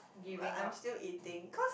but I'm still eating cause